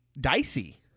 dicey